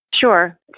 Sure